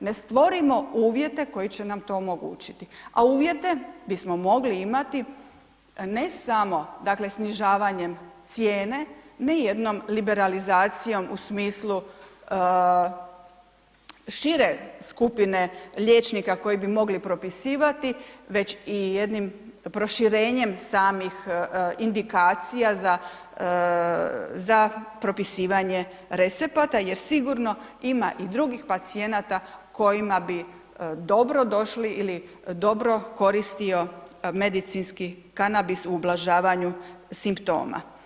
ne stvorimo uvjete koji će nam to omogućiti, a uvjete bismo mogli imati ne samo, dakle, snižavanjem cijene, ne jednom liberalizacijom u smislu šire skupine liječnika koji bi mogli propisivati, već i jednim proširenjem samih indikacija za propisivanje recepata jer sigurno ima i drugih pacijenata kojima bi dobro došli ili dobro koristio medicinski kanabis u ublažavanju simptoma.